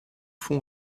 fond